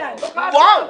וואו,